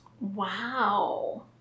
Wow